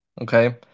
okay